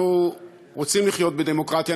אנחנו רוצים לחיות בדמוקרטיה,